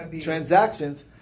transactions